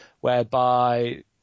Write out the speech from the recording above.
whereby